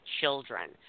children